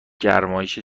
گرمایش